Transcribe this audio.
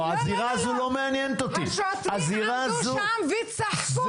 השוטרים עמדו שם וצחקו.